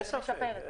אין ספק.